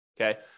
Okay